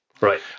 Right